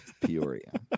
Peoria